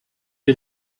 die